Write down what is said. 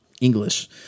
English